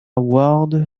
ward